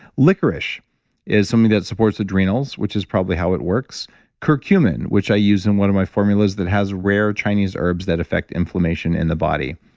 licorice is somebody that supports adrenals, which is probably how it works curcumin, which i use in one of my formulas, that has rare chinese herbs that affect inflammation in the body.